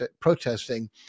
protesting